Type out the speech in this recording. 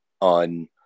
on